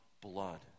blood